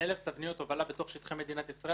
על הובלה של 1,000 תבניות בשטחי מדינת ישראל